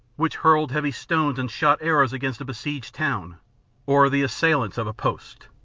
which hurled heavy stones and shot arrows against a besieged town or the assailants of a post.